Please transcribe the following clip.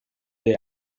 they